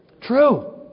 True